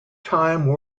time